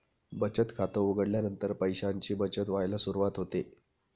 बचत खात उघडल्यानंतर पैशांची बचत व्हायला सुरवात होते